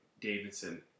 Davidson